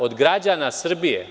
Od građana Srbije?